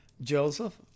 Joseph